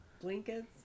blankets